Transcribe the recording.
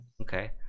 okay